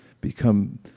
become